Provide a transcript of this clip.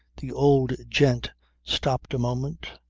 the old gent stopped a moment,